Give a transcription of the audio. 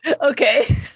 Okay